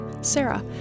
Sarah